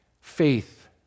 FAITH